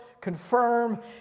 confirm